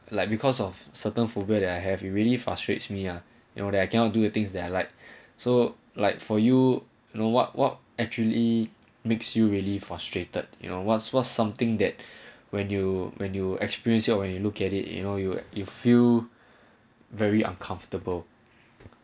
like because of certain forget I have really frustrates me ah you know that I cannot do the things that I like so like for you know what what actually makes you really frustrated you know what's was something that when you when you experience your when you look at it you know you you feel very uncomfortable